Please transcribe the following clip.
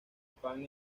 pan